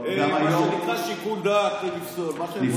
מה שנקרא שיקול דעת --- לא.